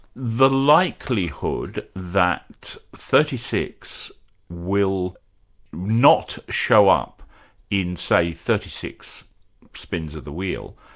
the likelihood that thirty six will not show up in say thirty six spins of the wheel,